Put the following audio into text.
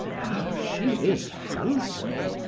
ah, she is handsome,